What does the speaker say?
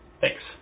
Thanks